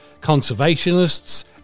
conservationists